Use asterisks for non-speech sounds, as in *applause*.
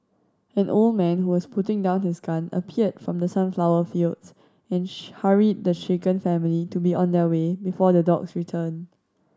an old man who was putting down his gun appeared from the sunflower fields and *unintelligible* hurried the shaken family to be on their way before the dogs return